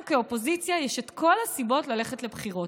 לנו כאופוזיציה יש את כל הסיבות ללכת לבחירות.